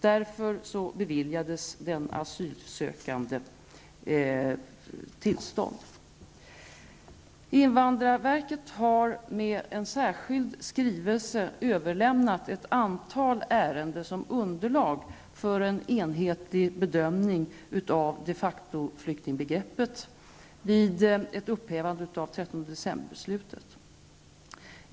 Därför beviljades den sökande asyl. Invandrarverket har med en särskild skrivelse överlämnat ett antal ärenden som underlag för en enhetlig bedömning av de facto-flyktingbegreppet vid ett upphävande av 13 december-beslutet.